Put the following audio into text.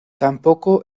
tampoco